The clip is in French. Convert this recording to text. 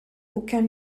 aucun